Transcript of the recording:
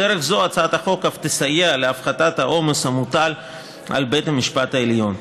בדרך זו הצעת החוק אף תסייע להפחתת העומס המוטל על בית המשפט העליון.